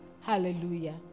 hallelujah